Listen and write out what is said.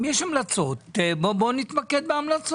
אם יש המלצות בואו נתמקד בהן.